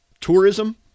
tourism